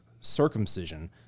circumcision